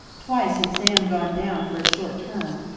twice had sam gone down for a short term,